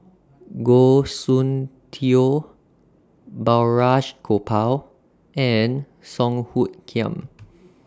Goh Soon Tioe Balraj Gopal and Song Hoot Kiam